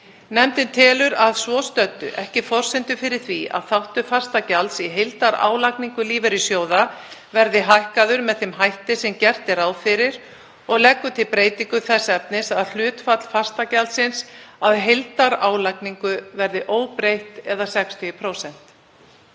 Nefndin telur að svo stöddu ekki forsendur fyrir því að þáttur fastagjalds í heildarálagningu lífeyrissjóða verði hækkaður með þeim hætti sem gert er ráð fyrir og leggur til breytingu þess efnis að hlutfall fastagjaldsins af heildarálagningu verði óbreytt eða 60%.